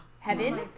heaven